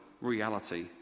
reality